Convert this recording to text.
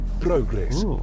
progress